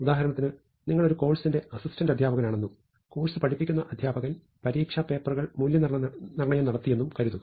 ഉദാഹരണത്തിന് നിങ്ങൾ ഒരു കോഴ്സിന്റെ അസിസ്റ്റന്റ് അധ്യാപകനാണെന്നും കോഴ്സ് പഠിപ്പിക്കുന്ന അധ്യാപകൻ പരീക്ഷാ പേപ്പറുകൾ മൂല്യനിർണയം നടത്തിയെന്നും കരുതുക